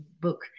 book